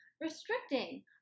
restricting